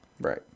Right